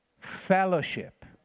fellowship